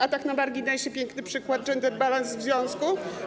A tak na marginesie, piękny przykład gender balance w związku.